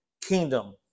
kingdom